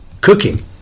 Cooking